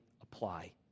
apply